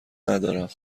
ندارم